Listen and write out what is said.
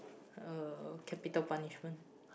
uh capital punishment